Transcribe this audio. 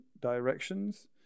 Directions